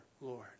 Lord